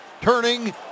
turning